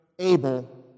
able